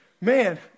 man